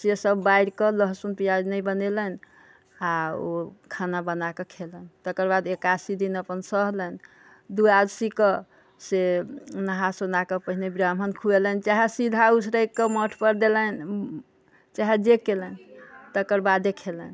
से सभ बारिके लहसुन प्याज नहि बनौलनि आ ओ खाना बनाकऽ खेलनि तेकर बाद एकादशी दिन अपन सहलनि द्वादशीक से नहा सुनाकऽ पहले ब्राह्मण खुऔलनि चाहे सीधा उसरैगके मठ पर देलनि चाहे जे केलनि तेकर बादे खेलनि